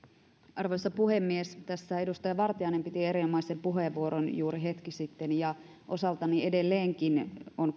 arvoisa puhemies tässä edustaja vartiainen piti erinomaisen puheenvuoron juuri hetki sitten ja osaltani edelleenkin on